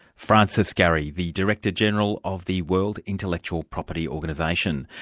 francis gurry, the director-general of the world intellectual property organisation.